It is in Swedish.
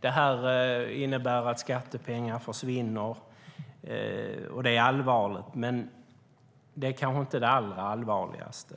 Det här innebär att skattepengar försvinner, och det är allvarligt men kanske inte det allra allvarligaste.